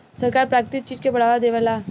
सरकार प्राकृतिक चीज के बढ़ावा देवेला